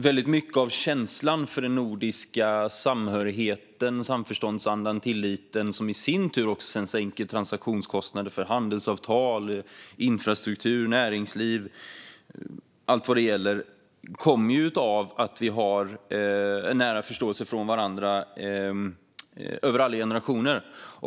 Väldigt mycket av känslan för den nordiska samhörigheten, samförståndsandan och tilliten, som i sin tur sedan sänker transaktionskostnader för handelsavtal, infrastruktur, näringsliv och så vidare, kommer av att vi har en bra förståelse för varandra över alla generationer.